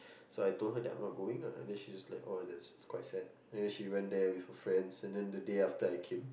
so I told her that I'm not going lah that's she was quite sad and then she went there with her friends and then the day after that I came